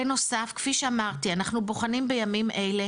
בנוסף, כפי שאמרתי, אנחנו בוחנים בימים אלו,